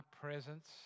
presence